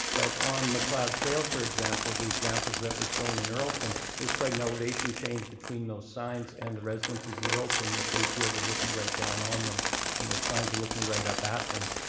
but on macleod trail, for example, the examples that were shown in erlton, there's quite an elevation change between those signs and the residences in erlton yet they feel they're looking right down on them and those signs are looking right up at them.